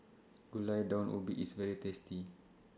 Gulai Daun Ubi IS very tasty